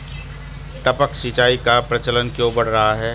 टपक सिंचाई का प्रचलन क्यों बढ़ रहा है?